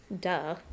Duh